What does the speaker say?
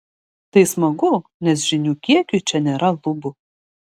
tai smagu nes žinių kiekiui čia nėra lubų